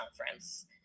conference